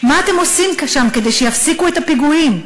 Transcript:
מה אתם עושים שם כדי שיפסיקו את הפיגועים?